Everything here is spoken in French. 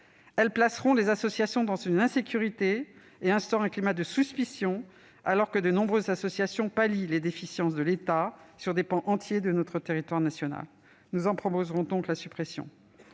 Elles placeront les associations dans une insécurité et instaurent un climat de suspicion, alors que de nombreuses associations pallient les déficiences de l'État sur des pans entiers de notre territoire national. Nous en proposons donc la suppression.